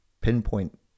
pinpoint